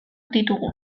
ditugu